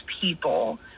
people